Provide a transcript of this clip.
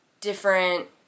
different